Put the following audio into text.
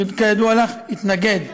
כידוע לך, התנגד.